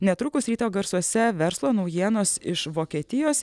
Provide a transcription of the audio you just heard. netrukus ryto garsuose verslo naujienos iš vokietijos